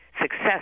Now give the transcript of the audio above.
success